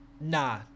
Nah